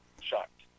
Shocked